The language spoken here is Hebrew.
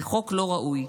זה חוק לא ראוי.